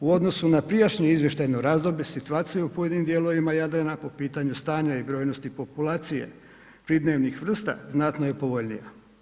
U odnosu na prijašnje izvještajno razdoblje, situacija u pojedinim dijelovima Jadrana po pitanju stanja i brojnosti populacije pridnevnih vrsta, znatno je povoljnija.